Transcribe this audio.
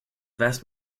vast